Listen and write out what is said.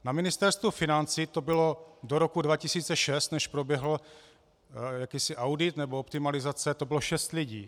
Na Ministerstvu financí to bylo do roku 2006, než proběhl jakýsi audit nebo optimalizace, šest lidí.